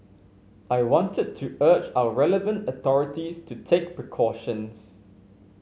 I wanted to urge our relevant authorities to take precautions